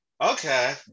Okay